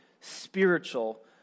spiritual